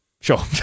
Sure